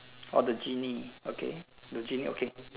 orh the gennie okay the gennie okay